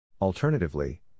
Alternatively